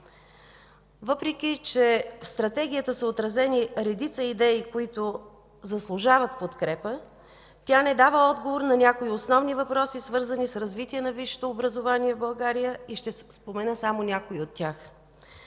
Въпреки че в Стратегията са отразени редица идеи, които заслужават подкрепа, тя не дава отговор на някои основни въпроси, свързани с развитие на висшето образование в България и ще спомена само някои от тях.